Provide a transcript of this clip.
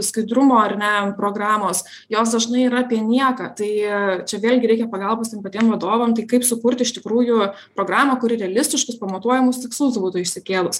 skaidrumo ar ne programos jos dažnai yra apie nieką tai čia vėlgi reikia pagalbos patiem vadovam tai kaip sukurti iš tikrųjų programą kuri realistiškus pamatuojamus tikslus būtų išsikėlus